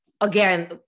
again